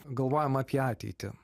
galvojam apie ateitį